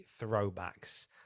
throwbacks